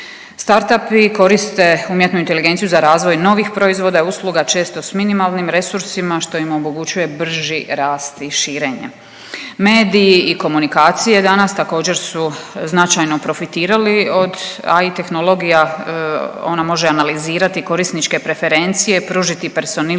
Start upovi koriste umjetnu inteligenciju za razvoj novih proizvoda i usluga često sa minimalnim resursima što im omogućuje brži rast i širenje. Mediji i komunikacije danas također su značajno profitirali od AI tehnologija. Ona može analizirati korisničke preferencije, pružiti personalizirane